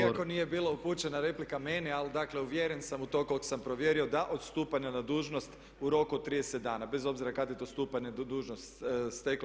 Iako nije bila upućena replika meni, ali dakle uvjeren sam u to koliko sam provjerio da od stupanja na dužnost u roku od 30 dana bez obzira kad je to stupanje na dužnost se steklo.